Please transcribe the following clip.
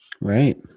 right